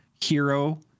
hero